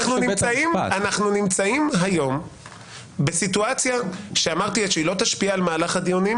אנחנו נמצאים היום בסיטואציה שאמרתי שהיא לא תשפיע על מהלך הדיונים,